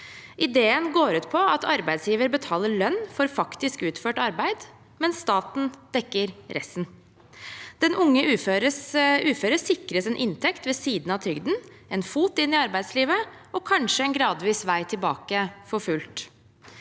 Ideen går ut på at arbeidsgiver betaler lønn for faktisk utført arbeid, mens staten dekker resten. Den unge uføre sikres en inntekt ved siden av trygden, en fot inn i arbeidslivet og kanskje en gradvis vei tilbake for fullt.